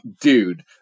dude